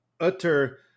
utter